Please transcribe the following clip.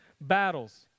battles